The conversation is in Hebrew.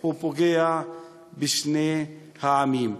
הוא פוגע בשני העמים.